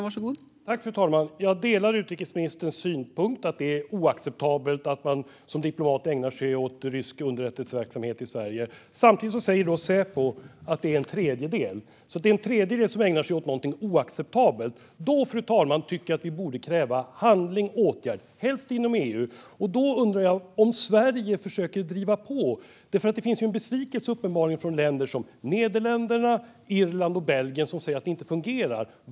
Fru talman! Jag delar utrikesministerns synpunkt att det är oacceptabelt att man som diplomat ägnar sig åt rysk underrättelseverksamhet i Sverige. Samtidigt säger Säpo att det är en tredjedel som gör det. Det är alltså en tredjedel som ägnar sig åt någonting oacceptabelt. Då, fru talman, tycker jag att vi borde kräva handling och åtgärd, helst inom EU. Då undrar jag om Sverige försöker driva på, för det finns uppenbarligen en besvikelse från länder som Nederländerna, Irland och Belgien som säger att det inte fungerar.